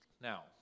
Now